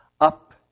up